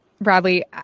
Bradley